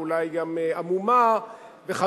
ואולי היא גם עמומה וכדומה,